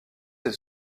est